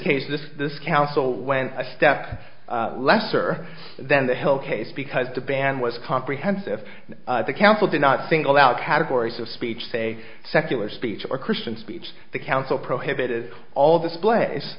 case this this council when a step lesser than the hill case because the ban was comprehensive the council did not single out categories of speech say secular speech or christian speech the council prohibited all displays